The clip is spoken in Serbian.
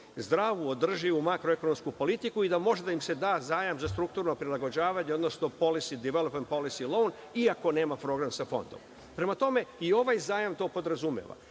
zdravu, održivu makroekonomsku politiku i da može da im se da zajam za strukturno prilagođavanje, odnosno policy development - policy low, iako nema program sa fondom. I ovaj zajam to podrazumeva. Stvarno